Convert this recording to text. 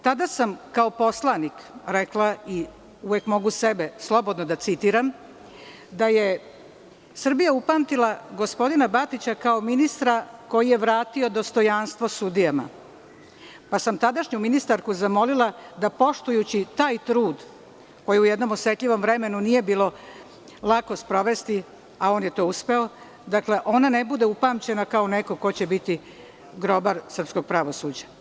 Tada sam, kao poslanik rekla, i uvek mogu sebe slobodno da citiram, da je Srbija upamtila gospodina Batića kao ministra koji je vratio dostojanstvo sudijama, pa sam tadašnju ministarku zamolila da, poštujući taj trud koji u jednom osetljivom vremenu nije bilo lako sprovesti, a on je to uspeo, da ona ne bude upamćena kao neko ko će biti grobar srpskog pravosuđa.